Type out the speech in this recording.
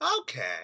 okay